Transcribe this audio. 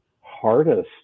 hardest